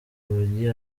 rugi